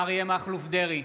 אריה מכלוף דרעי,